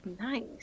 nice